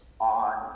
on